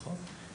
נכון.